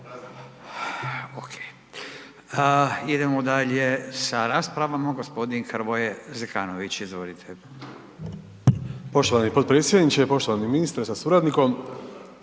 Idemo dalje sa raspravama, g. Hrvoje Zekanović, izvolite.